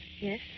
Yes